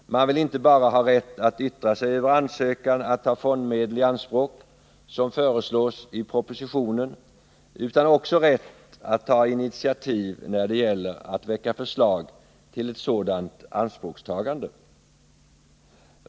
Man vill inte bara ha rätt att yttra sig över ansökan om att ta fondmedel i anspråk, som föreslås i propositionen, utan också rätt att ta initiativ när det gäller att väcka förslag till ett sådant ianspråktagande.